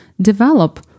develop